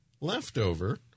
Leftover